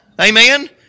Amen